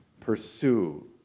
pursue